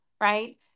right